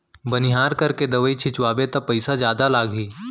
बनिहार करके दवई छिंचवाबे त पइसा जादा लागही